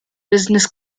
business